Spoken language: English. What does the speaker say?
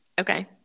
Okay